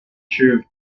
chew